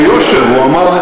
אמר ביושר, הוא אמר: